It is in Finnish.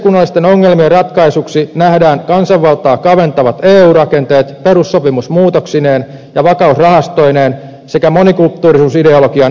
yhteiskunnallisten ongelmien ratkaisuksi nähdään kansanvaltaa kaventavat eu rakenteet perussopimusmuutoksineen ja vakausrahastoineen sekä monikulttuurisuusideologian eteenpäin vienti